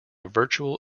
virtual